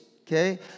Okay